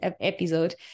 episode